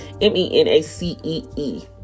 M-E-N-A-C-E-E